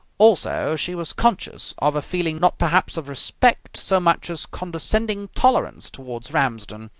also, she was conscious of a feeling not perhaps of respect so much as condescending tolerance towards ramsden.